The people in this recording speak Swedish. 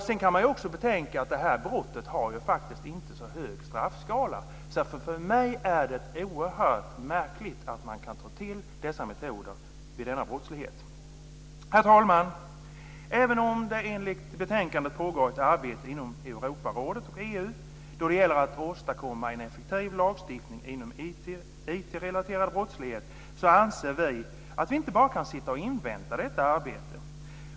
Sedan kan man också betänka att det här brottet faktiskt inte har så hög straffskala. För mig är det oerhört märkligt att man kan ta till dessa metoder vid denna brottslighet. Herr talman! Även om det enligt betänkandet pågår ett arbete inom Europarådet och EU då det gäller att åstadkomma en effektiv lagstiftning inom IT relaterad brottslighet anser vi att vi inte bara kan sitta och invänta detta arbete.